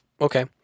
okay